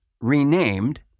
renamed